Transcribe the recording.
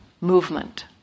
movement